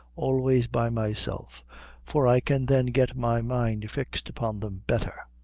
always by myself for i can then get my mind fixed upon them betther.